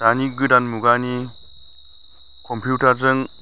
दानि गोदान मुगानि कम्पिउटारजों